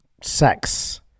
sex